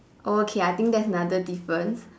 okay I think that's another difference